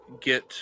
get